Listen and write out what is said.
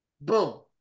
boom